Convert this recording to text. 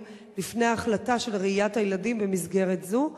לפני ההחלטה של ראיית הילדים במסגרת זו?